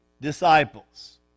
disciples